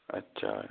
अच्छा